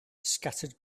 scattered